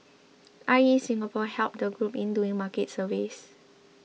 I E Singapore helped the group in doing market surveys